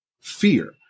fear